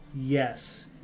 Yes